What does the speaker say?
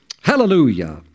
Hallelujah